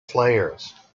players